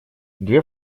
две